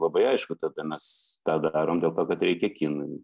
labai aišku tada mes tą darom dėl to kad reikia kinui